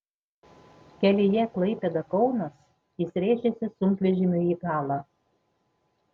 kelyje klaipėda kaunas jis rėžėsi sunkvežimiui į galą